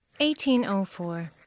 1804